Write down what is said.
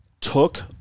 took